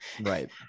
Right